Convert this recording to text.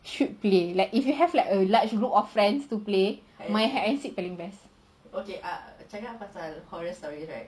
should play like if you have like a large group of friends to play main hide and seek paling best